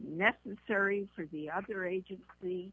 necessary for the othe